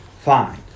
Fine